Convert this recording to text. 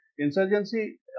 insurgency